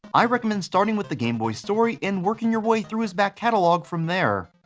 i recommend starting with the gameboy story and working your way through his back catalog from there.